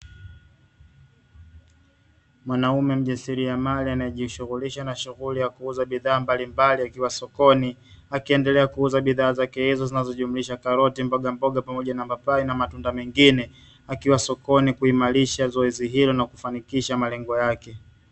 Mwanaume mjasiliamali anayejishughulisha na shughuli ya kuuza bidhaa mbalimbali akiwa sokoni, akiendelea kuuza bidhaa zake hizo zinazojumlisha karoti, mbogamboga pamoja na mapapai na matunda mengine akiwa sokoni, kuimarisha zoezi hilo na kufanikisha malengo yake.